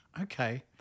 Okay